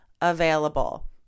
available